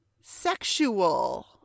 sexual